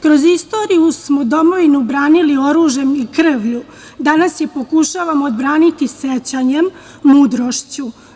Kroz istoriju smo domovinu branili oružjem i krvlju, danas je pokušavamo odbraniti sećanjem, mudrošću.